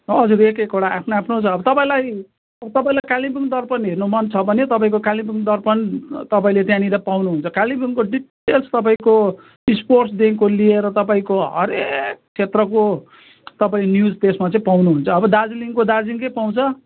हजुर एक एकवटा आफ्नो आफ्नो छ अब तपाईँलाई तपाईँलाई कालिम्पोङ दर्पण हेर्नु मन छ भने तपाईँको कालिम्पोङ दर्पण तपाईँले त्यहाँनिर पाउनुहुन्छ कालिम्पोङको डिटेल्स तपाईँको स्पोर्ट्सदेखिन्को लिएर तपाईँको हरेक क्षेत्रको तपाईँ न्यज त्यसमा चाहिँ पाउनुहुन्छ अब दार्जिलिङको दार्जिलिङकै पाउँछ